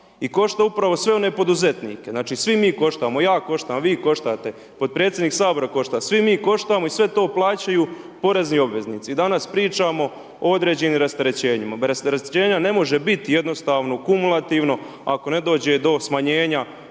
I košta upravo sve one poduzetnike, znači svi mi koštamo, ja koštam, vi koštate, potpredsjednik sabor košta, svi mi koštamo i sve to plaćaju porezni obveznici. I danas pričamo o određenim rasterećenjima, rastečenja ne može biti jednostavno kumulativno, ako ne dođe do smanjenja